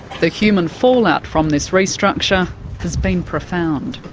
the human fallout from this restructure has been profound.